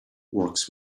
works